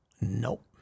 Nope